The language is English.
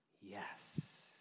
yes